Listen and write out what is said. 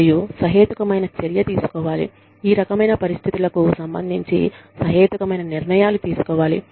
మరియు సహేతుకమైన చర్య తీసుకోవాలి ఈ రకమైన పరిస్థితులకు సంబంధించి సహేతుకమైన నిర్ణయాలు తీసుకోవాలి